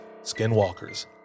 skinwalkers